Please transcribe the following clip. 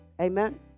Amen